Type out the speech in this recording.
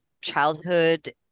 childhood